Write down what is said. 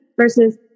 versus